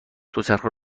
دوچرخه